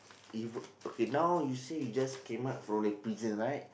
if okay now you say you just came out from the prison right